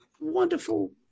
Wonderful